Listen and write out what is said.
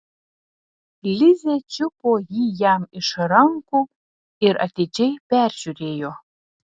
lizė čiupo jį jam iš rankų ir atidžiai peržiūrėjo